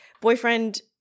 boyfriend